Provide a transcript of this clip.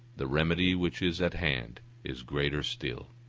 the remedy which is at hand is greater still.